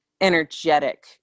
energetic